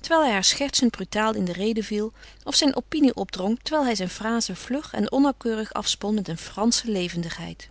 terwijl hij haar schertsend brutaal in de rede viel of zijn opinie opdrong terwijl hij zijn frazen vlug en onnauwkeurig afspon met een fransche levendigheid